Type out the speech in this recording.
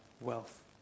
wealth